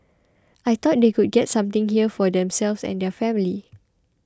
I thought they could get something here for themselves and their families